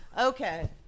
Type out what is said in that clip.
Okay